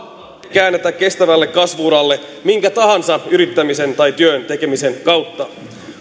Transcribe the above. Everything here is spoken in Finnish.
käännetä kestävälle kasvu uralle minkä tahansa yrittämisen tai työn tekemisen kautta